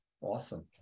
awesome